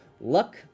luck